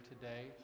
today